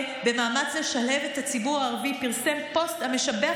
במאמץ לשלהב את הציבור הערבי ברכה פרסם פוסט המשבח